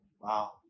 wow